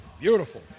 Beautiful